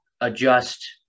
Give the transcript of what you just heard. adjust